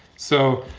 so